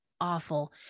awful